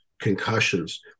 concussions